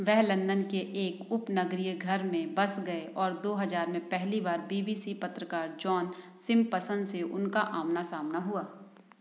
वह लंदन के एक उपनगरीय घर में बस गए और दो हजार में पहली बार बी बी सी पत्रकार जौन सिम्पसन से उनका आमना सामना हुआ